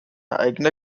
eigene